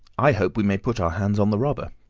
i hope we may put our hands on the robber.